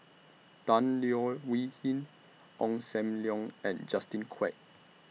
Tan Leo Wee Hin Ong SAM Leong and Justin Quek